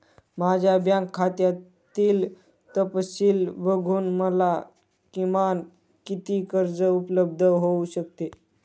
माझ्या बँक खात्यातील तपशील बघून मला किमान किती कर्ज उपलब्ध होऊ शकते?